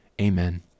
Amen